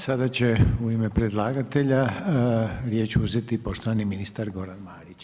Sada će u ime predlagatelja riječ uzeti poštovani ministar Goran Marić.